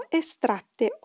estratte